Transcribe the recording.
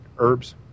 herbs